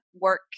work